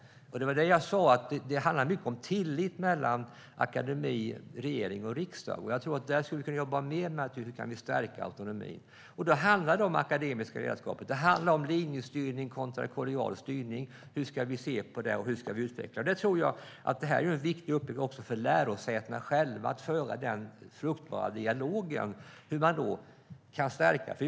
Det var det jag sa, nämligen att det handlar mycket om tillit mellan akademi, regering och riksdag. Jag tror att vi skulle kunna jobba mer med hur vi kan stärka autonomin. Då handlar det om det akademiska redskapet. Det handlar om linjestyrning kontra kollegial styrning - hur ska vi se på det, och hur ska vi utveckla det? Jag tror att det är ett viktigt upplägg också för lärosätena själva att föra den fruktbara dialogen om hur man kan stärka detta.